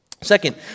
Second